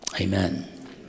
Amen